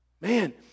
Man